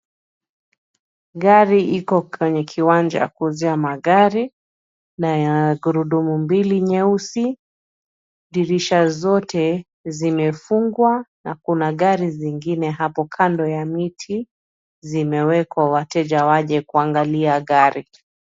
Gari iko kwenye kiwanja ya kuuzia magari, na ya gurudumu mbili nyeusi. Dirisha zote zimefungwa, na kuna gari zingine hapo kando ya miti, zimewekwa wateja waje kuangalia gari.